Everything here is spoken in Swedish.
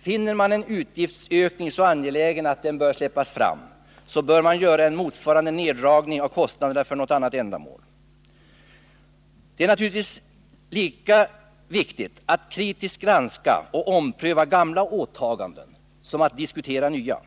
Finner man en utgiftsökning så angelägen att den bör släppas fram, så bör man göra en motsvarande neddragning av kostnaden för något annat ändamål. Det är naturligtvis också lika viktigt att kritiskt granska och ompröva gamla åtaganden som att diskutera nya.